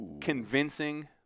convincing